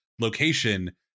location